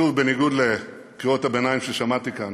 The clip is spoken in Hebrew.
שוב, בניגוד לקריאות הביניים ששמעתי כאן,